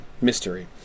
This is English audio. mystery